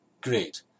great